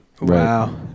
Wow